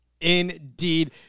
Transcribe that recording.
Indeed